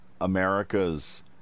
America's